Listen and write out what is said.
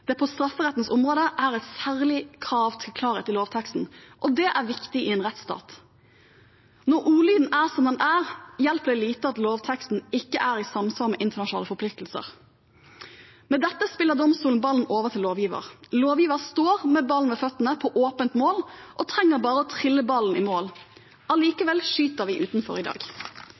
det på strafferettens område er et særlig krav til klarhet i lovteksten, og det er viktig i en rettsstat. Når ordlyden er som den er, hjelper det lite at lovteksten ikke er i samsvar med internasjonale forpliktelser. Med dette spiller domstolen ballen over til lovgiver. Lovgiver står med ballen ved føttene foran åpent mål og trenger bare å trille den inn. Allikevel skyter vi utenfor i dag.